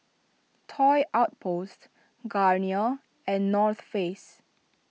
Toy Outpost Garnier and North Face